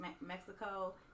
Mexico